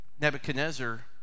Nebuchadnezzar